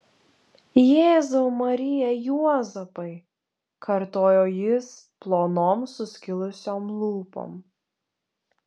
jėzau marija juozapai kartojo jis plonom suskilusiom lūpom